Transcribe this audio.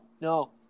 no